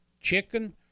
chicken